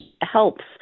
helps